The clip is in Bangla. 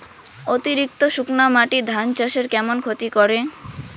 অতিরিক্ত শুকনা মাটি ধান চাষের কেমন ক্ষতি করে?